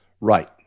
Right